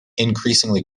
increasingly